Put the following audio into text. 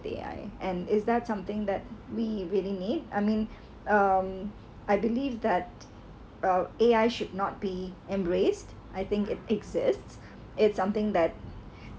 A_I and is that something that we really need I mean um I believe that uh A_I should not be embraced I think it exists it's something that